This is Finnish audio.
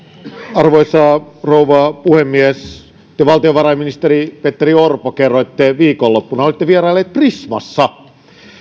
arvoisa rouva puhemies te valtiovarainministeri petteri orpo kerroitte viikonloppuna että olitte vieraillut prismassa